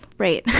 right.